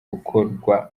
gukorwa